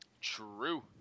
True